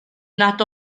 nad